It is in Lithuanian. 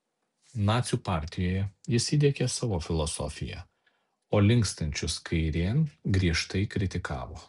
nacių partijoje jis įdiegė savo filosofiją o linkstančius kairėn griežtai kritikavo